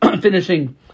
finishing